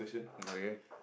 okay